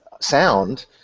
sound